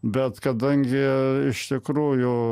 bet kadangi iš tikrųjų